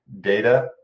data